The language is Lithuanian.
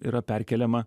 yra perkeliama